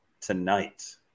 tonight